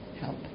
help